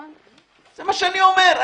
זה מה שאני אומר.